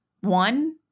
One